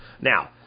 Now